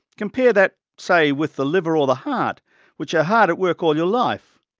compare that say with the liver or the heart which are hard at work all your life.